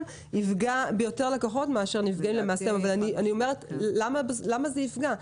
יפגע ביותר לקוחות אבל אני שואלת למה זה יפגע.